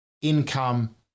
income